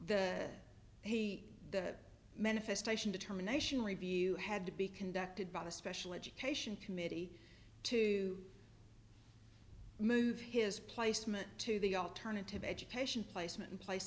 the the the manifestation determination review had to be conducted by the special education committee to move his placement to the alternative education placement and place